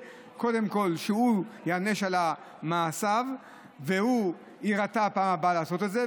קודם כול כדי שהוא ייענש על מעשיו ויירתע בפעם הבאה מלעשות את זה,